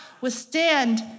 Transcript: withstand